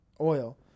oil